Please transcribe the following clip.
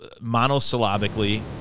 monosyllabically